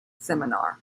seminar